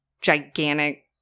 gigantic